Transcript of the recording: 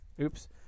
Oops